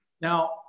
Now